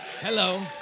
Hello